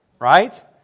right